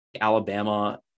Alabama